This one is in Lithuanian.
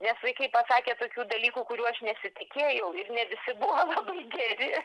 nes vaikai pasakė tokių dalykų kurių aš nesitikėjau ir ne visi buvo labai geri